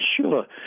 sure